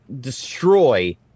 destroy